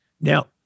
Now